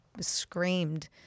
screamed